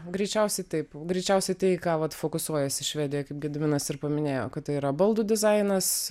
greičiausiai taip greičiausiai tai į ką vat fokusuojasi švedija kaip gediminas ir paminėjo kad tai yra baldų dizainas